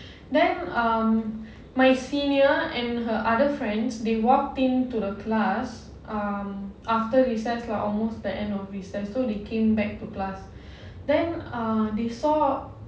then um my senior and her other friends they walked into the class um after recess lah almost the end of recess so they came back to class then ah they saw